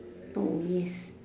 yes